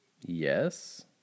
yes